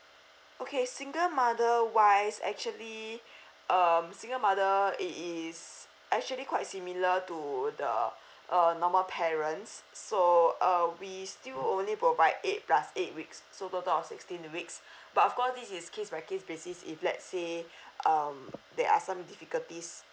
okay single mother wise actually um single mother it is actually quite similar to the uh normal parents so uh we still only provide eight plus eight weeks so total or sixteen weeks but of course this is case by case basis if let's say um there are some difficulties